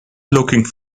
looking